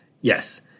Yes